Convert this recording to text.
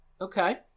Okay